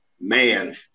Man